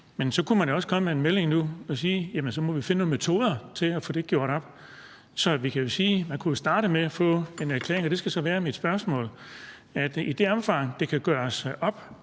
Men så kunne man jo også komme med en melding nu og sige, at vi må finde nogle metoder til at få det gjort op. Man kunne jo starte med at få en erklæring – og det skal så være mit spørgsmål – om, at i det omfang, det kan gøres op,